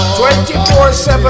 24-7